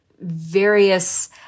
various